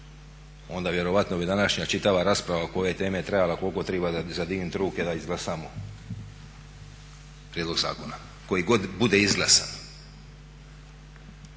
onda vjerojatno bi današnja čitava rasprava oko ove teme trajala koliko triba za dignit ruke da izglasamo prijedlog zakona